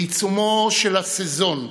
בעיצומו של הסזון,